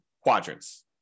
quadrants